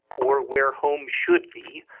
or where home should be.